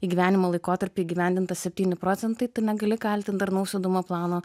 įgyvendinimo laikotarpiui įgyvendinta septyni procentai tai negali kaltint darnaus judumo plano